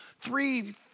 three